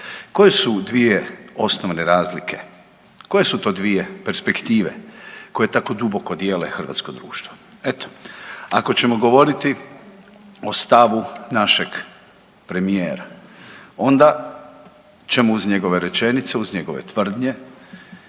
Koje su dvije osnovne razlike, koje su to dvije perspektive koje tako duboko dijele hrvatsko društvo? Eto, ako ćemo govoriti o stavu našeg premijera, onda ćemo uz njegove rečenice, uz njegove tvrdnje